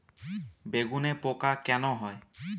বেগুনে পোকা কেন হয়?